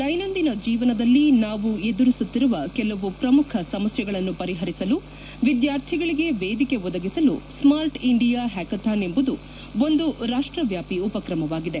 ದೈನಂದಿನ ಜೀವನದಲ್ಲಿ ನಾವು ಎದುರಿಸುತ್ತಿರುವ ಕೆಲವು ಪ್ರಮುಖ ಸಮಸ್ನೆಗಳನ್ನು ವರಿಪರಿಸಲು ವಿದ್ಯಾರ್ಥಿಗಳಿಗೆ ವೇದಿಕೆ ಒದಗಿಸಲು ಸ್ನಾರ್ಟ್ ಇಂಡಿಯಾ ಹ್ಲಾಕಥಾನ್ ಎಂಬುದು ಒಂದು ರಾಷ್ಟವ್ಯಾಪಿ ಉಪಕ್ರಮವಾಗಿದೆ